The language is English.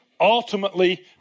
ultimately